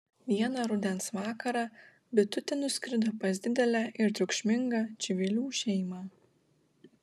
vieną rudens vakarą bitutė nuskrido pas didelę ir triukšmingą čivilių šeimą